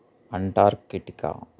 Antarctica